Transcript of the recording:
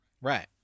right